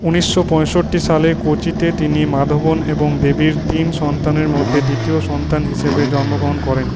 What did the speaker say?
উনিশশো পঁয়ষট্টি সালে কোচিতে তিনি মাধবন এবং দেবীর তিন সন্তানের মধ্যে দ্বিতীয় সন্তান হিসেবে জন্মগ্রহণ করেন